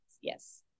Yes